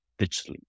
digitally